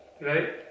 right